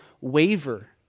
waver